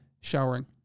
showering